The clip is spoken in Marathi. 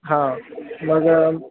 हा मग